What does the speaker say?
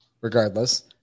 regardless